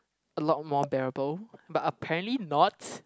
a lot more bearable but apparently not